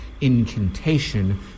incantation